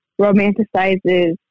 romanticizes